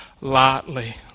lightly